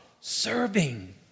Serving